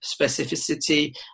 specificity